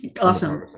Awesome